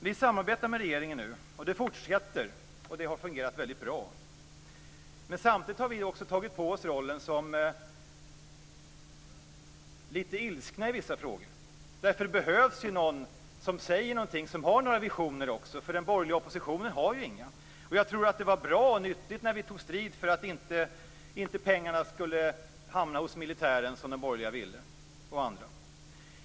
Vi samarbetar med regeringen nu, och det fortsätter vi med, och det har fungerat väldigt bra. Men samtidigt har vi nu också tagit på oss rollen som lite ilskna i vissa frågor, därför att det behövs någon som säger någonting och som har några visioner, eftersom den borgerliga oppositionen inte har några. Jag tror att det var bra och nyttigt när vi tog strid för att pengarna inte skulle hamna hos militären som de borgerliga partierna och andra ville.